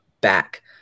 back